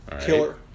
Killer